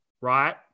right